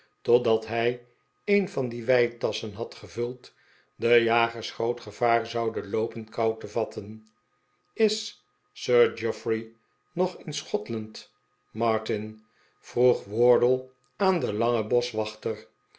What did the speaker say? totdat hij een van die weitasschen had gevuld de jagers groot gevaar zouden loopen kou te vatten is sir geoffrey nog in schotland martin vroeg wardle aan den langen boschwachter